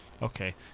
Okay